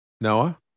noah